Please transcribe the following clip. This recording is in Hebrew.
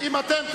אם אתם תדברו,